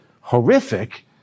horrific